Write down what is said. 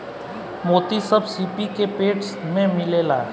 मोती सब सीपी के पेट में मिलेला